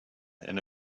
and